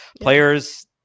players